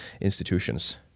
institutions